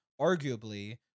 arguably